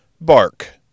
Bark